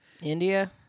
India